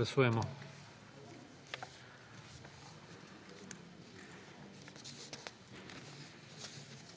Maša